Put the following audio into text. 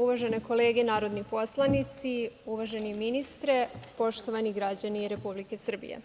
Uvažene kolege narodni poslanici, uvaženi ministre, poštovani građani Republike Srbije,